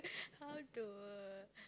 how to